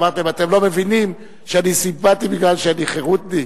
אמרתי להם: אתם לא מבינים שאני סימפתי משום שאני חרותניק?